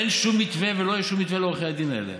אין שום מתווה ולא יהיה שום מתווה לעורכי הדין האלה.